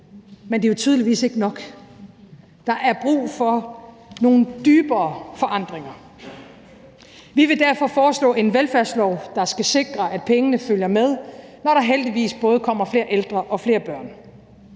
men det er tydeligvis ikke nok. Der er brug for nogle dybere forandringer. Vi vil derfor foreslå en velfærdslov, der skal sikre, at pengene følger med, når der heldigvis både kommer flere ældre og flere børn.